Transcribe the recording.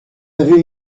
avez